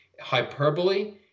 hyperbole